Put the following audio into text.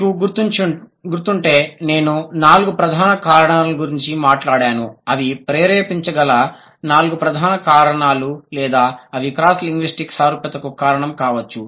మీకు గుర్తుంటే నేను నాలుగు ప్రధాన కారణాల గురించి మాట్లాడాను అవి ప్రేరేపించగల నాలుగు ప్రధాన కారణాలు లేదా అవి క్రాస్ లింగ్యుస్టిక్ సారూప్యతకు కారణం కావచ్చు